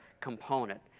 component